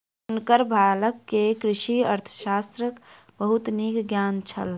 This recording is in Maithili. हुनकर बालक के कृषि अर्थशास्त्रक बहुत नीक ज्ञान छल